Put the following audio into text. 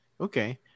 Okay